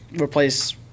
Replace